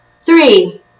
Three